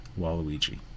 Waluigi